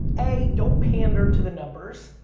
a, don't pander to the numbers,